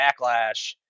backlash